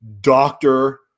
doctor